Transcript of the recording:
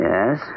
Yes